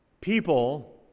People